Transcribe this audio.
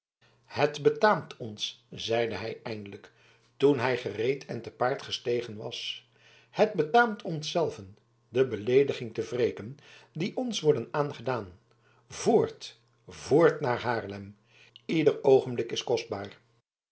het betaamt ons zeide hij eindelijk toen hij gereed en te paard gestegen was het betaamt ons zelven de beleedigingen te wreken die ons worden aangedaan voort voort naar haarlem ieder oogenblik is kostbaar